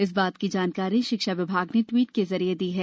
इस बात की जानकारी शिक्षा विभाग ने ट्वीट के जरिए दी है